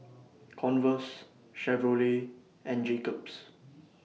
Converse Chevrolet and Jacob's